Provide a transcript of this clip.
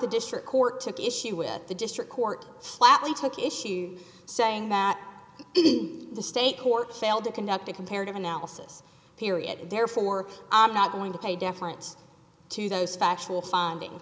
the district court took issue with the district court flatly took issue saying that it in the state courts failed to conduct a comparative analysis period and therefore i'm not going to pay deference to those factual finding